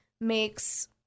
makes